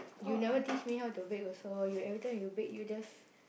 you never teach me how to bake also you every time you bake you just